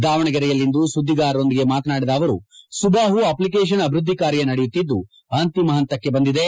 ದಾವಣಗೆರೆಯಲ್ಲಿಂದು ಸುದ್ದಿಗಾರರೊಂದಿಗೆ ಮಾತನಾಡಿದ ಅವರು ಸುಭಾಹು ಅಖ್ಲಿಕೇಷನ್ ಅಭಿವೃದ್ಧಿ ಕಾರ್ಯ ನಡೆಯುತ್ತಿದ್ದು ಅಂತಿಮ ಹಂತಕ್ಕೆ ಬಂದಿದೆ